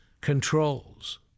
controls